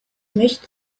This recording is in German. möchte